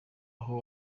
aho